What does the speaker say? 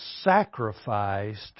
sacrificed